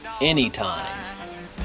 anytime